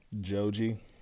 Joji